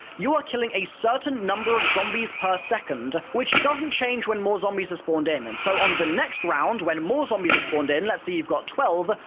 you are killing a certain number of zombies per second which doesn't change when more zombies are spawned in. and, so on the next round when more zombies are spawned in, let's say you've got twelve,